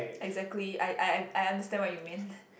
exactly I I I I understand what you meant